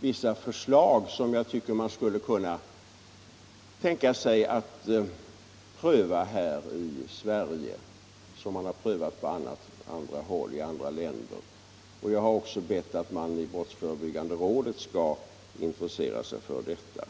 vissa förslag till åtgärder som jag tycker att man skulle kunna pröva här i Sverige, åtgärder som man prövat i andra länder. Jag har också bett att brottsförebyggande rådet skulle intressera sig för detta.